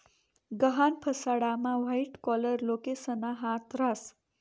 गहाण फसाडामा white collar लोकेसना हात रास